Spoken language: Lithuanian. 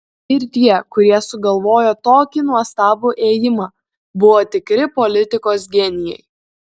ir tie kurie sugalvojo tokį nuostabų ėjimą buvo tikri politikos genijai